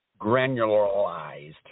granularized